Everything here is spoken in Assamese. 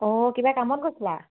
অঁ কিবা কামত গৈছিলা